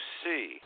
see